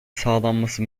sağlanması